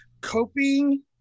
coping